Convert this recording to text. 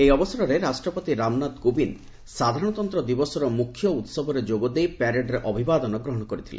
ଏହି ଅବସରରେ ରାଷ୍ଟ୍ରପତି ରାମନାଥ କୋବିନ୍ଦ ସାଧାରଣତନ୍ତ ଦିବସର ମୁଖ୍ୟ ଉହବରେ ଯୋଗଦେଇ ପ୍ୟାରେଡ୍ରେ ଅଭିବାଦନ ଗ୍ରହଣ କରିଥିଲେ